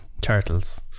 turtles